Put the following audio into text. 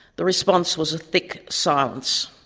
the response was a thick silence